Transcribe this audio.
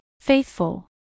faithful